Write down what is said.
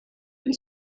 and